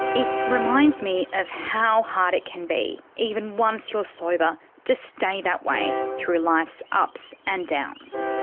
it reminds me of how hard it can be, even once you are sober, to stay that way through life's ups and downs.